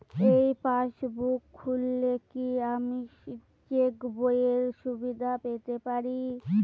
এই পাসবুক খুললে কি আমি চেকবইয়ের সুবিধা পেতে পারি?